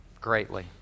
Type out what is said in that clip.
greatly